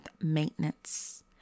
Maintenance